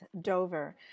Dover